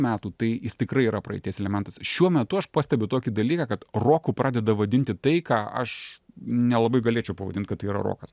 metų tai jis tikrai yra praeities elementas šiuo metu aš pastebiu tokį dalyką kad roku pradeda vadinti tai ką aš nelabai galėčiau pavadint kad tai yra rokas